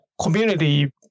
community